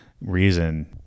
reason